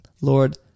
Lord